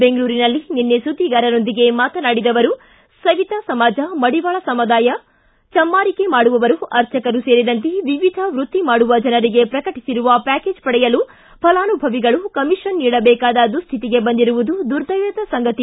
ಬೆಂಗಳೂರಿನಲ್ಲಿ ನಿನ್ನೆ ಸುದ್ದಿಗಾರರೊಂದಿಗೆ ಮಾತನಾಡಿದ ಅವರು ಸವಿತಾ ಸಮಾಜ ಮಡಿವಾಳ ಸಮುದಾಯ ಚಮ್ಮಾರಿಕೆ ಮಾಡುವವರು ಅರ್ಚಕರು ಸೇರಿದಂತೆ ವಿವಿಧ ವೃತ್ತಿ ಮಾಡುವ ಜನರಿಗೆ ಪ್ರಕಟಿಸಿರುವ ಪ್ಯಾಕೇಜ್ ಪಡೆಯಲು ಫಲಾನುಭವಿಗಳು ಕಮಿಷನ್ ನೀಡಬೇಕಾದ ದುಸ್ಥಿತಿಗೆ ಬಂದಿರುವುದು ದುರ್ದೈವದ ಸಂಗತಿ